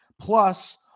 Plus